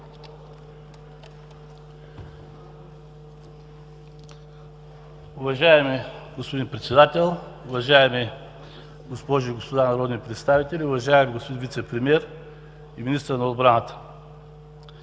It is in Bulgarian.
Уважаеми господин Председател, уважаеми госпожи и господа народни представители, уважаеми господин Вицепремиер и министър на отбраната!